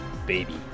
baby